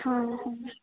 हाँ हाँ